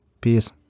Peace